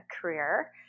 career